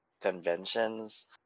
conventions